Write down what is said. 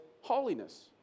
holiness